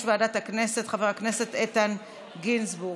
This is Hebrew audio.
ועדת הכנסת חבר הכנסת איתן גינזבורג,